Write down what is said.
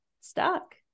stuck